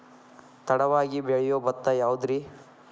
ತಡವಾಗಿ ಬೆಳಿಯೊ ಭತ್ತ ಯಾವುದ್ರೇ?